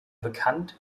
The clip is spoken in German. bekannt